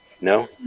No